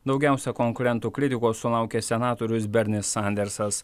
daugiausia konkurentų kritikos sulaukė senatorius bernis sandersas